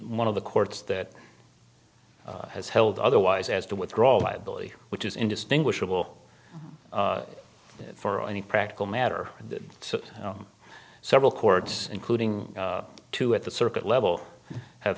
one of the courts that has held otherwise as to withdraw liability which is indistinguishable for any practical matter several courts including two at the circuit level have